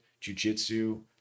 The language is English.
jujitsu